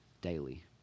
daily